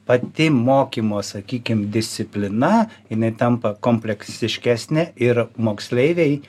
pati mokymo sakykim disciplina jinai tampa kompleksiškesnė ir moksleiviai